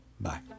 bye